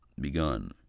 begun